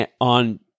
on